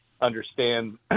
understand